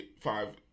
five